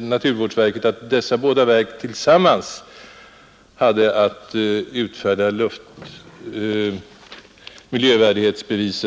naturvårdsverket tillsammans skall ge föreskrifterna om miljövärdighetsbevis.